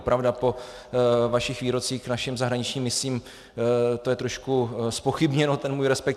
Pravda, po vašich výrocích k našim zahraničním misím to je trošku zpochybněno, ten můj respekt.